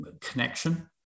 connection